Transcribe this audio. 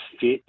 fit